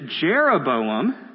Jeroboam